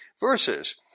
verses